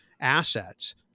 assets